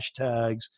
hashtags